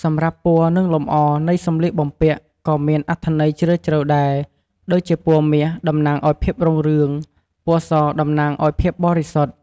សម្រាប់ពណ៌ និងលម្អ នៃសម្លៀកបំពាក់ក៏មានអត្ថន័យជ្រាលជ្រៅដែរ ដូចជាពណ៌មាស តំណាងឱ្យភាពរុងរឿង ពណ៌ស តំណាងឱ្យភាពបរិសុទ្ធ។